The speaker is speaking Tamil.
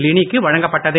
லினி க்கு வழங்கப்பட்டது